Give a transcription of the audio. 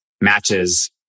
matches